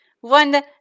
one